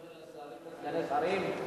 שרים וסגני שרים,